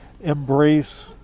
embrace